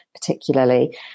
particularly